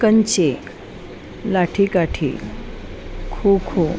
कञ्चे लाठिकाठि खोखो